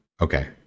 Okay